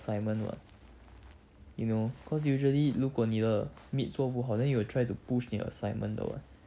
you know cause usually 如果你的 meet 做不好 then you will try to push 你 assignment 的 [what]